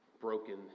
broken